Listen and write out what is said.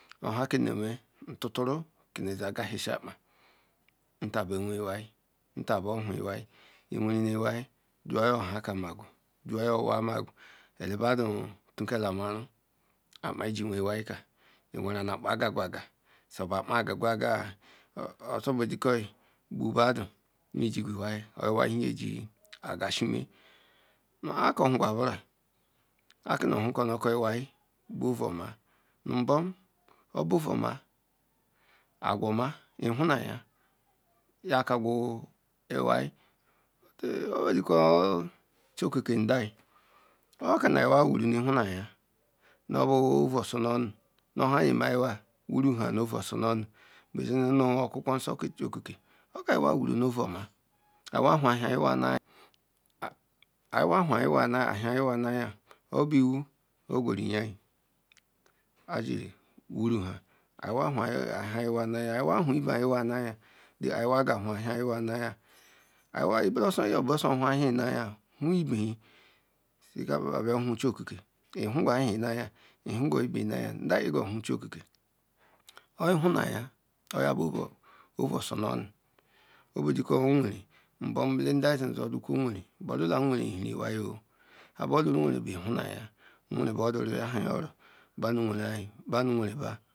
Ohakememe ntuturu ke me gahisie apa nta bea weyi iwai nta bohu iwai iwere iheai tiwa nye owa ta megwu iue bedu tikala amara majinwe iwaikai iwere nu apa gagwaga surbu apagwa gagwa oosorbedikwyi gbubedu ijigwu iwai iheai nha nye ogasieme nu akohuga nbura akohuko nu nkoijeai buovuuoma nubom obu ouuma agwa oma nu ihunga ya ka gwa iheai obediko chokeke ndai okanaim wa wara nu ihunuaya nobaovu osorninu onha nyeme iyiwa wuru nuovu osornuonu azem nu okwukwo nsor ke chikeke ngiwa wuru nu ovuoma ayiwa haehiewe nu oya nubuiwu ogwawu nyea achiri wuruha ayiwa hu ehiaua nu aya ogihea hiwu ibea nu aya ha aywea ga hu ehiem naya ayiwa nye besor hu ema naya hu ibea nuya si korhu choke nigaihre nu aya ihiga uhre naya nda aezi ohu chiywkeke obu ihureye yabu ovu osornonu obedikwe nwere ubom ndai kwiru nwe borlalar nwere ohiri iheai nhaboluru nwere bu ihunuga nwere beaoluru yahaya oro banu nwereba